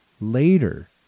later